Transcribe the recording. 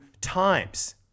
times